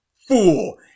fool